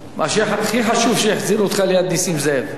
מה שהכי חשוב, שהחזירו אותך ליד נסים זאב.